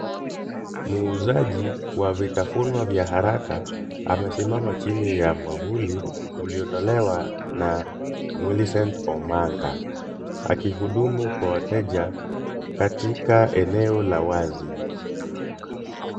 Muuzaji wa vitafunwa vya haraka amesimama chini ya mwavuli ,uliotolewa na Millicent Omanga akihudumu kwa wateja katika eneo la wazi .